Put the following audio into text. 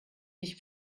mich